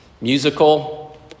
musical